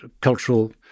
cultural